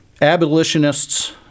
abolitionists